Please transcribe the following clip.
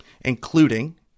including